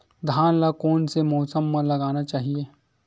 धान ल कोन से मौसम म लगाना चहिए?